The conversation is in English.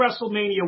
WrestleMania